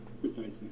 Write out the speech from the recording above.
Precisely